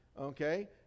Okay